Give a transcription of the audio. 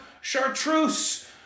Chartreuse